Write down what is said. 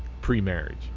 pre-marriage